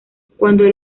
cuando